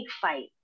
fight